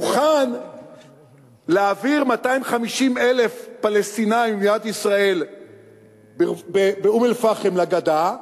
הוא מוכן להעביר 250,000 פלסטינים ממדינת ישראל באום-אל-פחם לגדה,